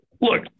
Look